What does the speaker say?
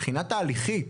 מבחינת תהליכית,